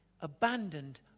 abandoned